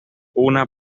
una